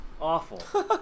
awful